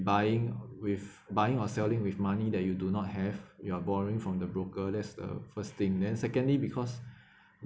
buying with buying or selling with money that you do not have you are borrowing from the broker thats the first thing then secondly because